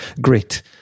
Great